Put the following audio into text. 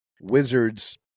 Wizards